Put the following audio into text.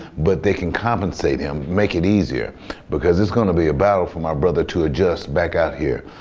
but they can compensate him, make it easier because it's going to be a battle for my brother to adjust back out here.